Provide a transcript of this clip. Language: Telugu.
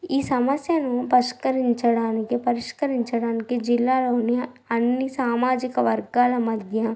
ఈ సమస్యను పరిష్కరించడానికి పరిష్కరించడానికి జిల్లాలోని అన్నీ సామాజిక వర్గాల మధ్య